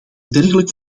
dergelijk